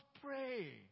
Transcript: pray